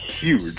huge